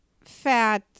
fat